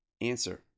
Answer